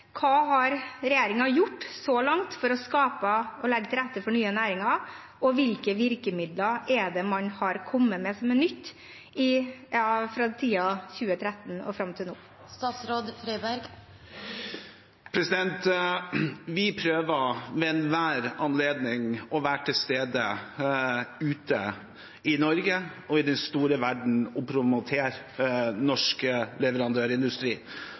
Hva har regjeringen gjort så langt for å skape og legge til rette for nye næringer, og hvilke virkemidler har man kommet med, som er nytt, fra 2013 og fram til nå? Vi prøver ved enhver anledning å være til stede ute i Norge og i den store verden og promotere norsk leverandørindustri.